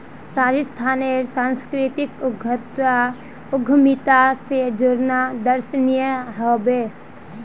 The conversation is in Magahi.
राजस्थानेर संस्कृतिक उद्यमिता स जोड़ना दर्शनीय ह बे